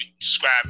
describe